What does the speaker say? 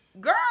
girl